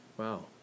Wow